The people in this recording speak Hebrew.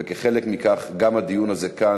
וכחלק ממנו גם הדיון הזה כאן,